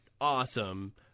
awesome